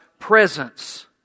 Presence